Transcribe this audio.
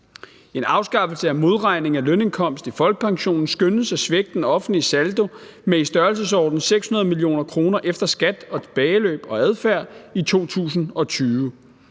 En afskaffelse af modregning af lønindkomst i folkepensionen skønnes at svække den offentlige saldo med i størrelsesorden 600 mio. kr. efter skat og tilbageløb og adfærd i 2020.